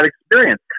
experience